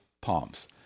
Palms